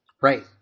Right